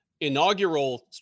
inaugural